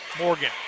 Morgan